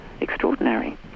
extraordinary